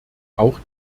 auch